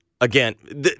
Again